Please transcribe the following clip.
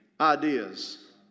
ideas